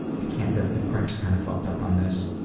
i can't, the print is kind of fucked up on this.